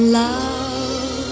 love